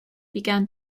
began